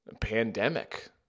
pandemic